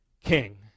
king